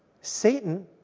Satan